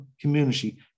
community